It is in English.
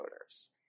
voters